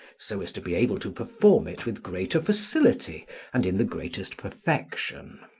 so as to be able to perform it with greater facility and in the greatest perfection.